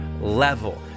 level